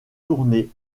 tournée